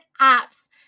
apps